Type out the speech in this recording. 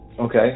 Okay